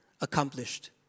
accomplished